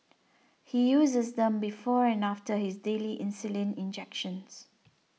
he uses them before and after his daily insulin injections